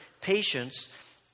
patience